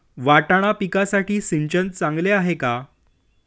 वाटाणा पिकासाठी सिंचन चांगले आहे का?